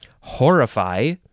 Horrify